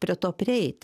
prie to prieit